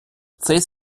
цей